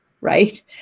right